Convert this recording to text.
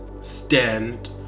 stand